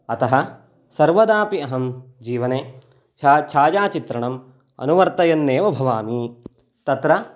अतः सर्वदापि अहं जीवने छा छायाचित्रणम् अनुवर्तयन्नेव भवामि तत्र